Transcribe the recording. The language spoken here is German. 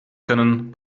können